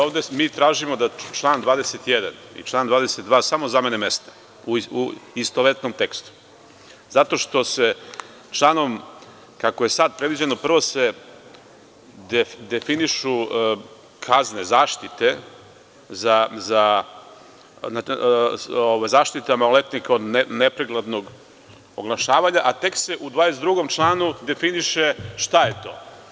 Ovde mi tražimo da član 21. i član 22. samo zamene mesta u istovetnom tekstu zato što se članom, kako je sada predviđeno, prvo se definišu kazne zaštite maloletnika od nepreglednog oglašavanja, a tek se u 22. članu definiše šta je to.